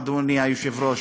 אדוני היושב-ראש,